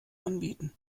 anbieten